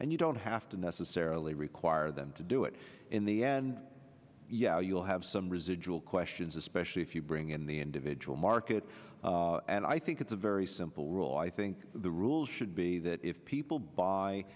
and you don't have to necessarily require them to do it in the end yeah you'll have some residual questions especially if you bring in the individual market and i think it's a very simple rule i think the rules should be that if people b